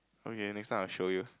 okay next time I will show you